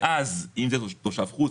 ואז אם זה תושב חוץ,